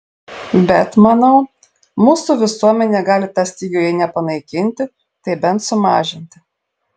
bet manau mūsų visuomenė gali tą stygių jei ne panaikinti tai bent sumažinti